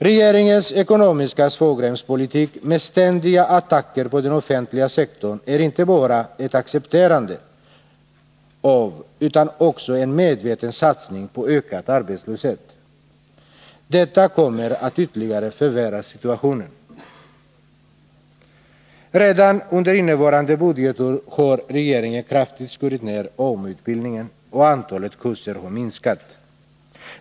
Regeringens ekonomiska svångremspolitik med ständiga attacker på den offentliga sektorn är inte bara ett accepterande av utan också en medveten satsning på ökad arbetslöshet. Detta kommer att ytterligare förvärra situationen. Redan under innevarande budgetår har regeringen kraftigt skurit ner AMU-utbildningen, och antalet kurser har minskat.